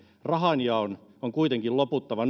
rahanjaon on kuitenkin loputtava